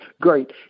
great